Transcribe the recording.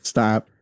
Stop